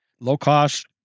low-cost